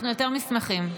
אנחנו יותר משמחים.